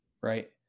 right